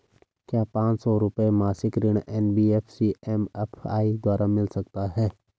क्या पांच सौ रुपए मासिक ऋण एन.बी.एफ.सी एम.एफ.आई द्वारा मिल सकता है?